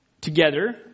together